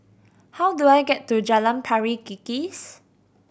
how do I get to Jalan Pari Kikis